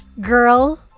girl